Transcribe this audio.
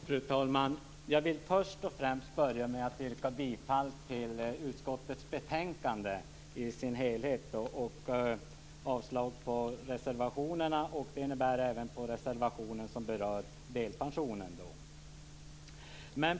Fru talman! Jag vill först och främst yrka bifall till utskottets betänkande i dess helhet och avslag på reservationerna, även på den reservation som rör delpensionen.